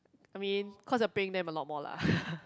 I mean cause they are paying them a lot more lah haha